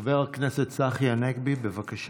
חבר הכנסת צחי הנגבי, בבקשה.